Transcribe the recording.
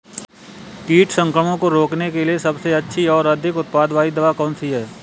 कीट संक्रमण को रोकने के लिए सबसे अच्छी और अधिक उत्पाद वाली दवा कौन सी है?